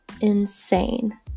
insane